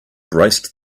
braced